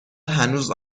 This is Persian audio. هنوز